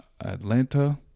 Atlanta